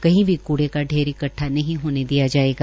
कही भी कूड़े का ढेर इकद्वा नहीं होने दिया जायेगा